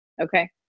Okay